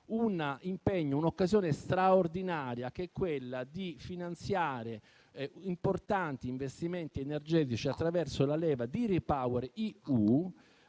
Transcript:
un impegno che è un'occasione straordinaria, quella di finanziare importanti investimenti energetici attraverso la leva di REPowerEU,